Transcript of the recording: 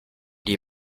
die